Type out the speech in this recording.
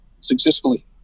successfully